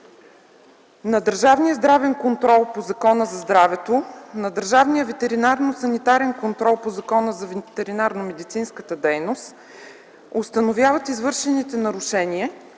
на Държавния здравен контрол по Закона за здравето, на Държавния ветеринарно-санитарен контрол по Закона за ветеринарномедицинската дейност установяват извършените нарушения,